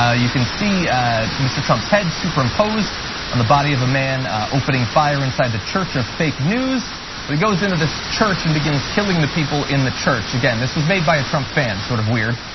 yeah you can see, and mr. trump's head superimposed on the body of a man opening fire inside the church of fake news. so he goes in to this church and begins killing the people in the church. again, this was made by a trump fan, sort of weird.